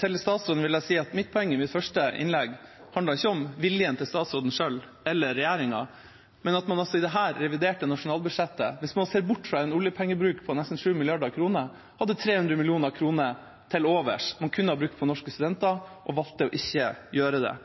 Til statsråden vil jeg si at mitt poeng i mitt første innlegg ikke handler om viljen til statsråden selv eller til regjeringa, men at man også i dette reviderte nasjonalbudsjettet – hvis man ser bort fra en oljepengebruk på nesten 7 mrd. kr – hadde 300 mill. kr til overs, som man kunne brukt på norske studenter, og valgte å ikke gjøre det.